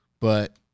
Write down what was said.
but-